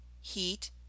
heat